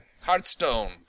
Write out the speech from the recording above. Hearthstone